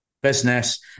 business